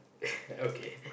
okay